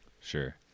Sure